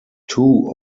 two